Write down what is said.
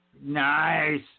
Nice